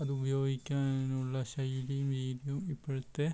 അത് ഉപയോഗിക്കാനുള്ള ശൈലിയും രീതിയും ഇപ്പോഴത്തെ